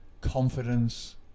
confidence